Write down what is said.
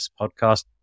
podcast